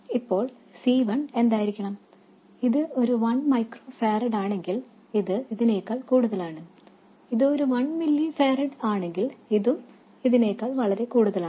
ഇപ്പോൾ C1 എന്തായിരിക്കണം ഇത് ഒരു വൺ മൈക്രോ ഫാരഡാണെങ്കിൽ ഇത് ഇതിനേക്കാൾ കൂടുതലാണ് ഇത് ഒരു വൺ മില്ലി ഫാരഡ് ആണെങ്കിൽ ഇതും ഇതിനെക്കാൾ വളരെ കൂടുതലാണ്